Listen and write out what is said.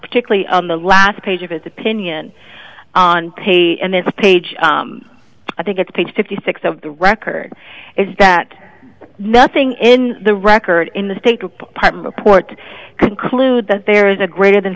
particularly on the last page of his opinion on page and this page i think it's page fifty six of the record is that nothing in the record in the state department report conclude that there is a greater than